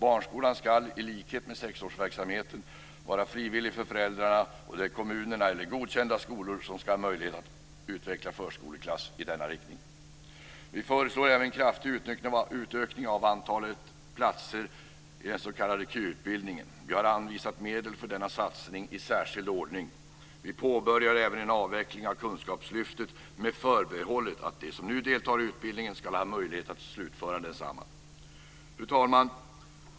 Barnskolan ska, i likhet med sexårsverksamheten, vara frivillig för föräldrarna, och det är kommunerna eller godkända skolor som ska ha möjlighet att utveckla förskoleklass i denna riktning. Vi föreslår även en kraftig utökning av antalet platser i den s.k. KY-utbildningen. Vi har anvisat medel för denna satsning i särskild ordning. Vi påbörjar även en avveckling av Kunskapslyftet, med förbehållet att de som nu deltar i utbildningen ska ha möjlighet att slutföra densamma. Fru talman!